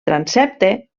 transsepte